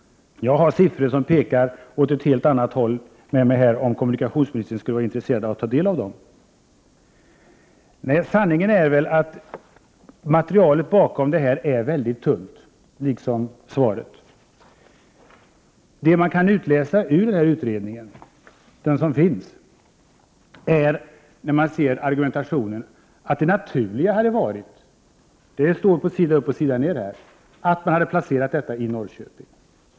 Jag har siffror som pekar åt ett helt annat håll. Om kommunikationsministern skulle vara intresserad av att ta del av dessa siffror har jag dem med mig. Sanningen är väl att materialet bakom detta är mycket tunt, liksom svaret. Det man kan utläsa ur utredningen i fråga om argumentationen är att det naturliga hade varit att regionkontoret hade placerats i Norrköping.